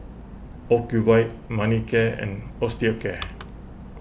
Ocuvite Manicare and Osteocare